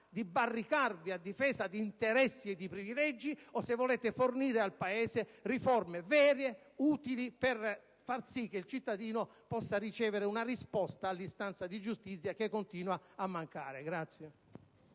di barricarvi a difesa di interessi e di privilegi, o se volete fornire al Paese riforme vere, utili per far sì che il cittadino possa ricevere una risposta all'istanza di giustizia che continua a mancare.